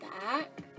back